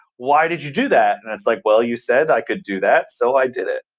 why did you do that? and it's like, well, you said i could do that. so i did it.